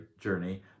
journey